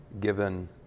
given